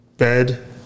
Bed